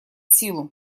силу